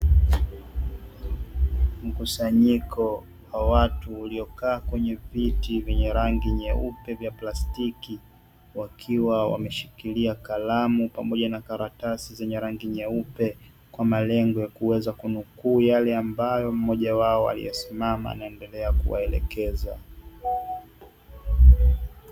Mkusanyiko wa watu uliokaa kwenye viti vyenye rangi nyeupe vya plastiki wakiwa wameshikilia kalamu pamoja na karatasi zenye rangi nyeupe kwa malengo ya kuweza kunukuu yale ambayo mmoja wao aliyesimama naendelea kuwaelekezwa.